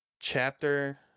Chapter